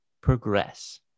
progress